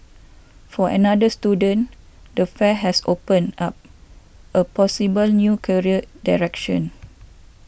for another student the fair has opened up a possible new career direction